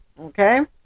Okay